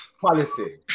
policy